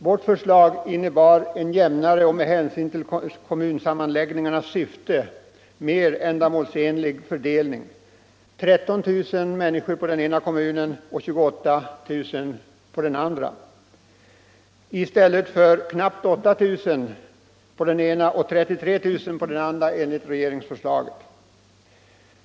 Vårt förslag innebar en jämnare och med hänsyn till kommunsammanläggningarnas syfte mer ändamålsenlig fördelning, nämligen 13 000 resp. 28 000 invånare i varje kommun i stället för de knappt 8 000 i den ena kommunen och 33 000 i den andra enligt regeringsförslaget.